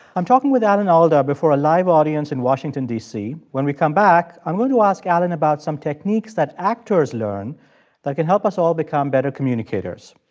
i'm talking with alan alda before a live audience in washington d c. when we come back, i'm going to ask alan about some techniques that actors learn that can help us all become better communicators.